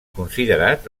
considerat